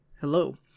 hello